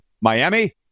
Miami